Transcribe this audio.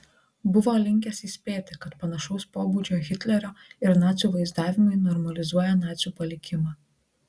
buvo linkęs įspėti kad panašaus pobūdžio hitlerio ir nacių vaizdavimai normalizuoja nacių palikimą